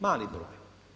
Mali broj.